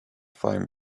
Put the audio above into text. flying